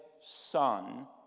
son